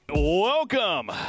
Welcome